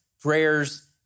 prayers